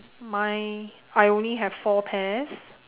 mine I only have four pears